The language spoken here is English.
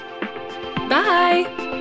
Bye